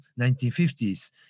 1950s